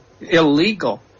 illegal